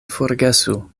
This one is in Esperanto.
forgesu